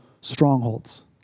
strongholds